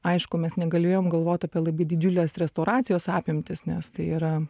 aišku mes negalėjom galvot apie labai didžiules restauracijos apimtis nes tai yra